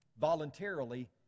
voluntarily